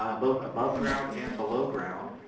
um both above ground and below ground.